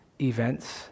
events